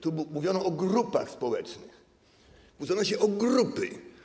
Tu mówiono o grupach społecznych, kłócono się o grupy.